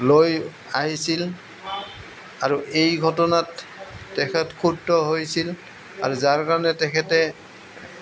লৈ আহিছিল আৰু এই ঘটনাত তেখেত ক্ষুব্ধ হৈছিল আৰু যাৰ কাৰণে তেখেতে